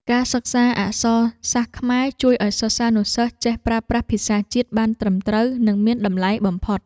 ការសិក្សាអក្សរសាស្ត្រខ្មែរជួយឱ្យសិស្សានុសិស្សចេះប្រើប្រាស់ភាសាជាតិបានត្រឹមត្រូវនិងមានតម្លៃបំផុត។